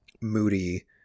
moody